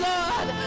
Lord